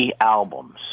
albums